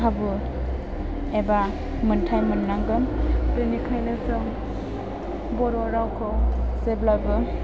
खाबु एबा मोनथाइ मोननांगोन बेनिखायनो जों बर' रावखौ जेब्लायबो